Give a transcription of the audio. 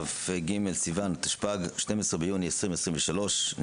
כ"ג בסיון התשפ"ג 12 ביוני 2023. אני